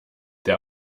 der